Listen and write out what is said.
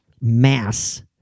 mass